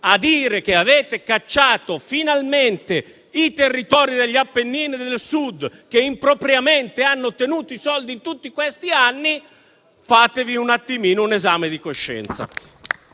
a dire che avete cacciato finalmente i territori degli Appennini del Sud, che impropriamente hanno ottenuto i soldi in tutti questi anni, fatevi un attimino un esame di coscienza.